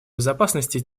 безопасности